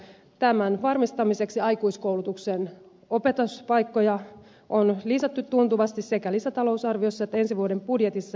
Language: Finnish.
tämän varmistamiseksi aikuiskoulutuksen opetuspaikkoja on lisätty tuntuvasti sekä lisätalousarviossa että ensi vuoden budjetissa